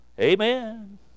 Amen